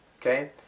okay